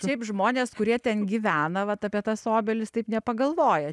šiaip žmonės kurie ten gyvena vat apie tas obelis taip nepagalvoja